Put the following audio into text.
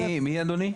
מי אדוני?